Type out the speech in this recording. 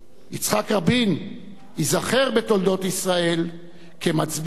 יצחק רבין ייזכר בתולדות ישראל כמצביא,